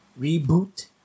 reboot